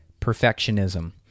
perfectionism